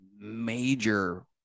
major